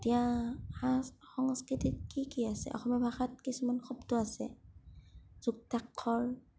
এতিয়া সাং সংস্কৃতিত কি কি আছে অসমীয়া ভাষাত কিছুমান শব্দ আছে যুক্তাক্ষৰ